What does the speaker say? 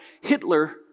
Hitler